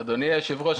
אדוני היושב ראש,